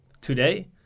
today